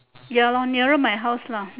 ya lor nearer my house lah